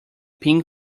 ping